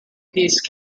piece